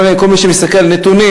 כל מי שמסתכל על נתונים,